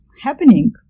happening